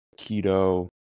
keto